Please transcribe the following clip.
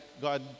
God